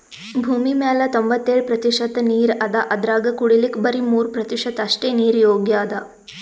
ಭೂಮಿಮ್ಯಾಲ್ ತೊಂಬತ್ತೆಳ್ ಪ್ರತಿಷತ್ ನೀರ್ ಅದಾ ಅದ್ರಾಗ ಕುಡಿಲಿಕ್ಕ್ ಬರಿ ಮೂರ್ ಪ್ರತಿಷತ್ ಅಷ್ಟೆ ನೀರ್ ಯೋಗ್ಯ್ ಅದಾ